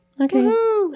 Okay